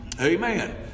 Amen